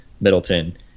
Middleton